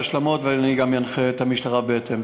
אני אעשה את ההשלמות ואני גם אנחה את המשטרה בהתאם.